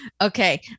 Okay